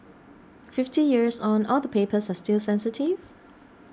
fifty years on all the papers are still sensitive